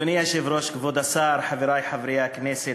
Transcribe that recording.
אדוני היושב-ראש, כבוד השר, חברי חברי הכנסת,